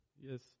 Yes